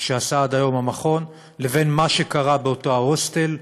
שעשה עד היום המכון לבין מה שקרה באותו הוסטל.